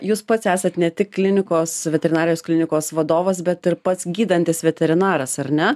jūs pats esat ne tik klinikos veterinarijos klinikos vadovas bet ir pats gydantis veterinaras ar ne